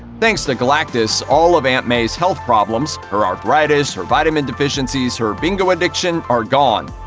thanks to galactus, all of aunt may's health problems her arthritis, her vitamin deficiencies, her bingo-addiction are gone.